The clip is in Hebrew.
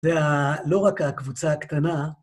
זה לא רק הקבוצה הקטנה.